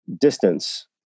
distance